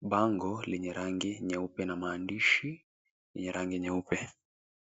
bango lenye rangi nyeupe na maandishi yenye rangi nyeupe.